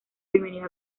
bienvenida